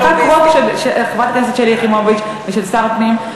נחקק חוק של חברת הכנסת יחימוביץ ושל שר הפנים.